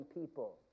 people